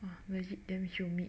why is it damn humid